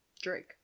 Drake